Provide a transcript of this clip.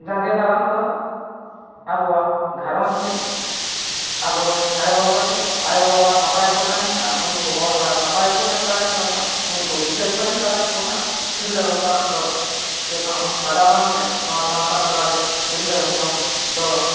ᱡᱟᱜᱮᱸ ᱫᱟᱨᱟᱢ ᱫᱚ ᱟᱵᱚᱣᱟᱜ ᱜᱷᱟᱨᱚᱸᱡᱽ ᱜᱮ ᱟᱵᱳ ᱨᱮᱱ ᱟᱭᱳᱼᱵᱟᱵᱟ ᱜᱮ ᱟᱭᱳᱼᱵᱟᱵᱟ ᱱᱟᱯᱟᱭ ᱠᱚ ᱛᱟᱦᱮᱱ ᱠᱷᱟᱱ ᱩᱱᱠᱩ ᱦᱚᱨ ᱰᱟᱦᱟᱨ ᱱᱟᱯᱟᱭ ᱠᱚ ᱮᱢ ᱫᱟᱲᱮᱭᱟᱜ ᱢᱟᱠᱚ ᱩᱱᱠᱩ ᱫᱤᱥᱟᱹ ᱠᱚ ᱮᱢ ᱫᱟᱲᱮᱭᱟᱠᱚ ᱠᱷᱟᱱ ᱛᱤᱨᱞᱟᱹ ᱦᱚᱯᱚᱱᱟᱜ ᱫᱚ ᱪᱮᱫ ᱦᱚᱸ ᱵᱟᱫᱷᱟ ᱵᱟᱝᱜᱮ ᱱᱚᱣᱟ ᱥᱟᱶᱛᱟ ᱛᱟᱞᱟᱨᱮ ᱛᱤᱨᱞᱟᱹ ᱦᱚᱯᱚᱱ ᱫᱚ